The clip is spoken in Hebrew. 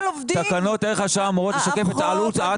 תקנות ערך השעה אמורות לשקף את עלות שעת